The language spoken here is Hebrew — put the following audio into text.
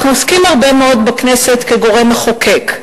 אנחנו עוסקים הרבה מאוד בכנסת כגורם מחוקק.